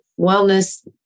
wellness